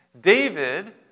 David